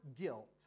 guilt